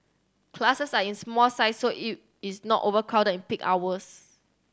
classes are in small size so it it's not overcrowded in peak hours